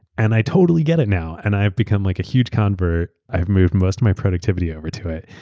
and i totally get it now. and i have become like a huge convert, i've moved most of my productivity over to it.